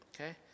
Okay